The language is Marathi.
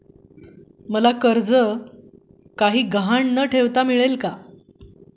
मला कर्ज काही गहाण न ठेवता मिळेल काय?